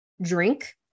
drink